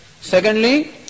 Secondly